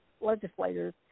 legislators